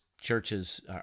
churches